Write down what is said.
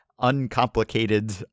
uncomplicated